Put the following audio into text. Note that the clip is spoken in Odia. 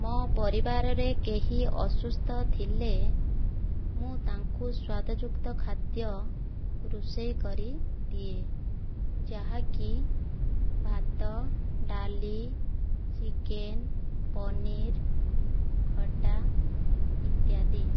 ମୋ ପରିବାରରେ କେହି ଅସୁସ୍ଥ ଥିଲେ ମୁଁ ତାଙ୍କୁ ସ୍ୱାଦଯୁକ୍ତ ଖାଦ୍ୟ ରୋଷେଇ କରି ଦିଏ ଯାହାକି ଭାତ ଡାଲି ଚିକେନ ପନିର ଖଟା ଇତ୍ୟାଦି